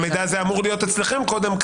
המידע הזה אמור להיות אצלכם קודם,